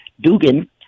Dugan